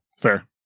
Fair